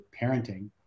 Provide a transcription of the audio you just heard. parenting